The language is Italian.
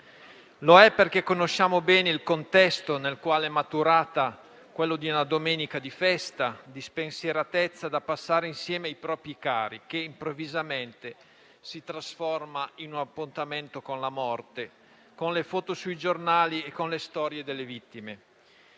Lo è perché conosciamo bene il contesto nel quale è maturata, quello di una domenica di festa, di spensieratezza, da passare insieme ai propri cari, che improvvisamente si trasforma in un appuntamento con la morte, con le foto sui giornali e con le storie delle vittime.